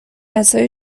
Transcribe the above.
عصای